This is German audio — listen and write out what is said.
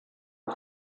and